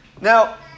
Now